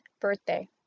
birthday